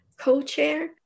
co-chair